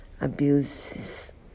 abuses